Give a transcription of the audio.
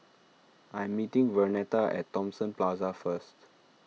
I am meeting Vernetta at Thomson Plaza first